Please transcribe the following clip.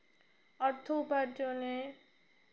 অর্থ উপার্জনে